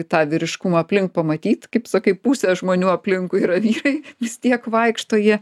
tą vyriškumą aplink pamatyt kaip sakai pusė žmonių aplinkui yra vyrai vis tiek vaikšto jie